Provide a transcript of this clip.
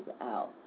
out